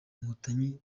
inkotanyi